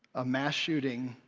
a mass shooting,